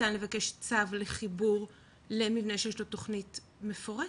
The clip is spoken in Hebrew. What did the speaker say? ניתן לבקש צו לחיבור למבנה שיש לו תכנית מפורטת.